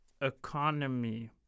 Economy